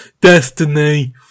Destiny